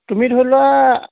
তুমি ধৰি লোৱা